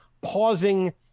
pausing